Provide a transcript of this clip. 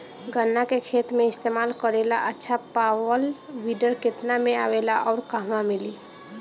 गन्ना के खेत में इस्तेमाल करेला अच्छा पावल वीडर केतना में आवेला अउर कहवा मिली?